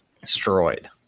destroyed